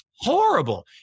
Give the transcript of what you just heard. horrible